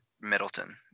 Middleton